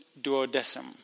Duodecim